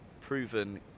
proven